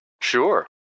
Sure